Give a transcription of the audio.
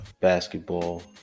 basketball